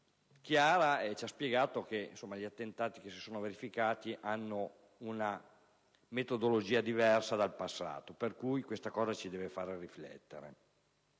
chiara e ci ha spiegato che gli attentati che si sono verificati hanno una metodologia diversa dal passato, il che ci deve far riflettere.